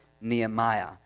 Nehemiah